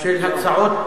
של הצעות